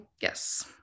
Yes